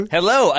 Hello